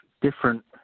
different